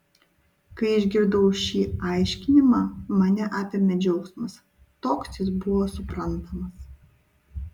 kai išgirdau šį aiškinimą mane apėmė džiaugsmas toks jis buvo suprantamas